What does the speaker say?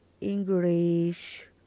English